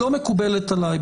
לא מקובלת עליי,